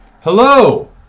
Hello